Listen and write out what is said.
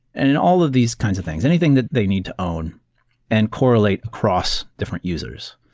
and and all of these kinds of things, anything that they need to own and correlate across different users.